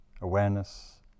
awareness